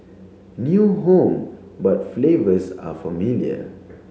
new home but flavors are familiar